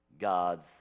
God's